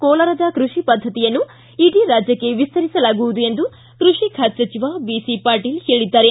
ಕೋಲಾರದ ಕೃಷಿ ಪದ್ಧತಿಯನ್ನು ಇಡೀ ರಾಜ್ಯಕ್ಷೆ ವಿಸ್ತರಿಸಲಾಗುವುದು ಎಂದು ಕೃಷಿ ಖಾತೆ ಸಚಿವ ಬಿಸಿಪಾಟೀಲ್ ಹೇಳಿದ್ದಾರೆ